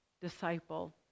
disciple